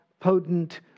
potent